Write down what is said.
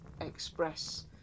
express